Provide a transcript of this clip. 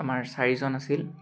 আমাৰ চাৰিজন আছিল